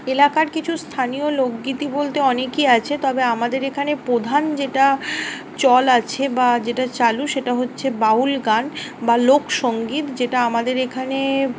এলাকার কিছু স্থানীয় লোকগীতি বলতে অনেকই আছে তবে আমাদের এখানে প্রধান যেটা চল আছে বা যেটা চালু সেটা হচ্ছে বাউল গান বা লোকসঙ্গীত যেটা আমাদের এখানে